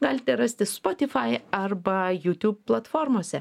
galite rasti spotify arba youtube platformose